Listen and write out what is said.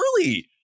early